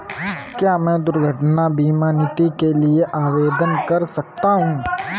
क्या मैं दुर्घटना बीमा नीति के लिए आवेदन कर सकता हूँ?